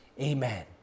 amen